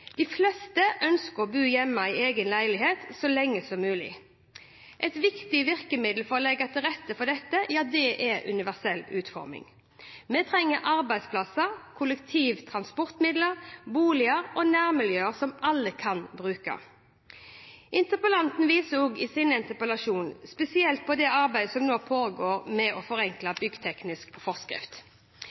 De fleste ønsker å bo hjemme i egen leilighet så lenge som mulig. Et viktig virkemiddel for å legge til rette for dette er universell utforming. Vi trenger arbeidsplasser, kollektive transportmidler, boliger og nærmiljøer som alle kan bruke. Interpellanten viser i sin interpellasjon spesielt til det arbeidet som nå foregår med å forenkle byggteknisk forskrift.